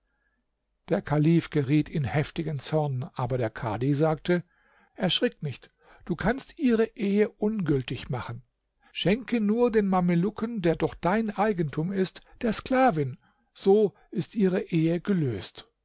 der kalif geriet in heftigen zorn aber der kadhi sagte erschrick nicht du kannst ihre ehe ungültig machen schenke nur den mamelucken der doch dein eigentum ist der sklavin so ist ihre ehe gelöst